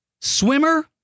Swimmer